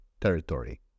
territory